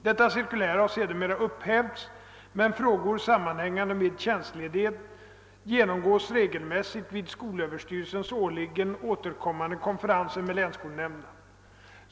Detta cirkulär har sedermera upphävts, men frågor sammanhängande med tjänstledighet genomgås regelmässigt vid skolöverstyrelsens årligen återkommande konferenser med länsskolnämnderna.